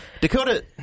Dakota